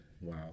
Wow